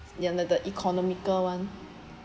ya the the economical one